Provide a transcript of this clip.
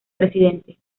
presidente